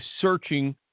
searching